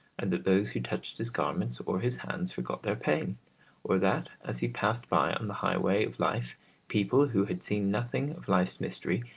and that those who touched his garments or his hands forgot their pain or that as he passed by on the highway of life people who had seen nothing of life's mystery,